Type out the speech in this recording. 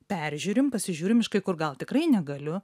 peržiūrim pasižiūrim iš kai kur gal tikrai negaliu